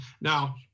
Now